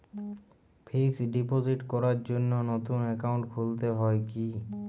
Fix deposit করার জন্য নতুন অ্যাকাউন্ট খুলতে হয় কী?